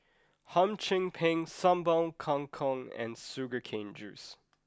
Hum Chim Peng Sambal Kangkong and Sugar Cane Juice